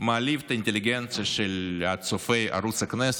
זה מעליב את האינטליגנציה של צופי ערוץ הכנסת,